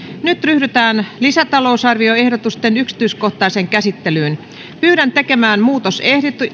nyt ryhdytään lisätalousarvioehdotuksen yksityiskohtaiseen käsittelyyn pyydän tekemään muutosehdotukset